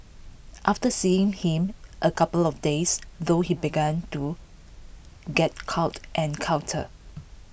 after seeing him A couple of days though he began to get cuter and cuter